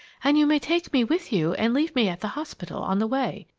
and you may take me with you and leave me at the hospital, on the way.